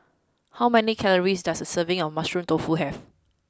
how many calories does a serving of Mushroom Tofu have